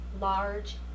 large